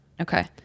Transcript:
Okay